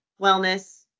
wellness